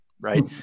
Right